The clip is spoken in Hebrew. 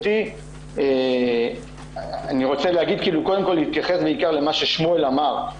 אני רוצה להתייחס קודם כל בעיקר למה ששמואל אמר,